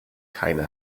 keine